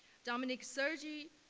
domenico sergi,